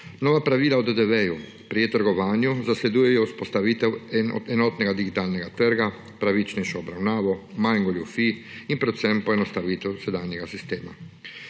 Nova pravila o DDV pri trgovanju zasledujejo vzpostavitev enotnega digitalnega trga, pravičnejšo obravnavo, manj goljufij in predvsem poenostavitev sedanjega sistema.